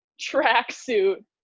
tracksuit